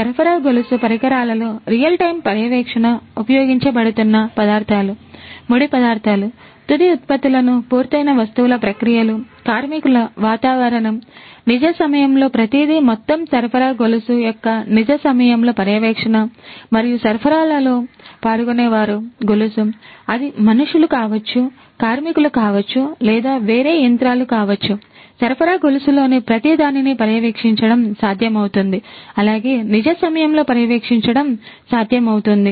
సరఫరా గొలుసు పరికరాలలో రియల్ టైమ్ పర్యవేక్షణ ఉపయోగించబడుతున్న పదార్థాలు ముడి పదార్థాలు తుది ఉత్పత్తులు పూర్తయిన వస్తువుల ప్రక్రియలు కార్మికుల వాతావరణం నిజ సమయంలో ప్రతిదీ మొత్తం సరఫరా గొలుసు యొక్క నిజ సమయంలో పర్యవేక్షణ మరియు సరఫరాలో పాల్గొనేవారు గొలుసు అది మనుషులు కావచ్చు కార్మికులు కావచ్చు లేదా వేరే యంత్రాలు కావచ్చు సరఫరా గొలుసులోని ప్రతిదానిని పర్యవేక్షించడం సాధ్యమవుతుంది అలాగే నిజ సమయంలో పర్యవేక్షించడం సాధ్యమవుతుంది